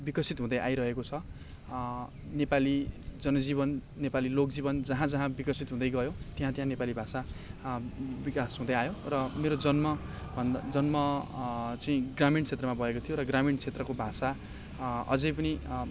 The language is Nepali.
विकसित हुँदै आइरहेको छ नेपाली जनजीवन नेपाली लोकजीवन जहाँ जहाँ विकसित हुँदै गयो त्यहाँ त्यहाँ नेपाली भाषा विकास हुँदै आयो र मेरो जन्मभन्दा जन्म चाहिँ ग्रामीण क्षेत्रमा भएको थियो र ग्रामीण क्षेत्रको भाषा अझै पनि